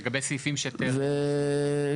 לגבי סעיפים שטרם הוצבעו.